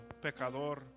pecador